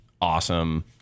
Awesome